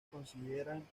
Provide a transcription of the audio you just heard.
consideran